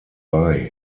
bei